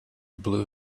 blue